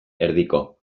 erdiko